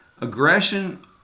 aggression